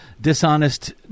dishonest